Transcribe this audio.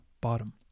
bottom